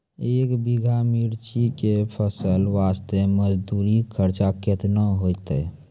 एक बीघा मिर्ची के फसल वास्ते मजदूरी खर्चा केतना होइते?